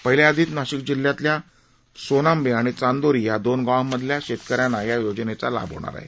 पहिल्या यादीत नाशिक जिल्ह्यातल्या सोनांबे आणि चांदोरी या दोन गावांमधील शेतक यांना या योजनेचा लाभ होणार आहे